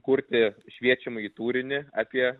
kurti šviečiamąjį turinį apie